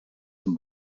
zum